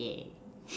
yeah